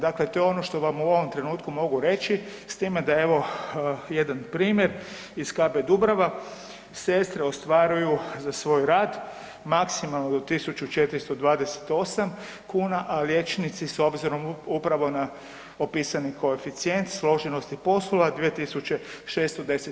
Dakle, to je ono što vam u ovom trenutku moguće reći, s time da evo, jedan primjer iz KB Dubrava, sestre ostvaruju za svoj rad maksimalno do 1428 kn a liječnici s obzirom upravo na opisani koeficijent složenosti poslova, 2610.